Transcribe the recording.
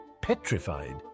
petrified